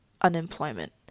unemployment